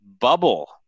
bubble